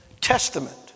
testament